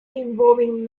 involving